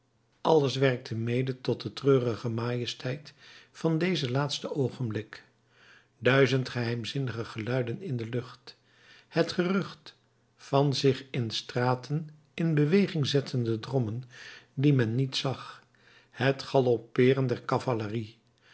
alles werkte mede tot de treurige majesteit van dezen laatsten oogenblik duizend geheimzinnige geluiden in de lucht het gerucht van zich in de straten in beweging zettende drommen die men niet zag het galoppeeren der cavalerie